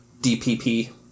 DPP